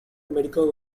medical